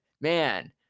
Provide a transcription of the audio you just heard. man